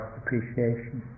appreciation